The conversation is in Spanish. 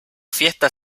fiesta